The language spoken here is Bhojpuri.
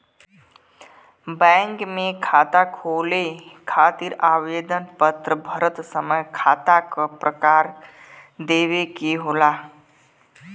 बैंक में खाता खोले खातिर आवेदन पत्र भरत समय खाता क प्रकार देवे के होला